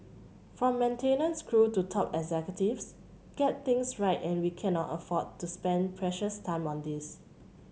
from maintenance crew to top executives get things right and we cannot afford to spend precious time on this